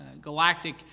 galactic